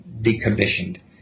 decommissioned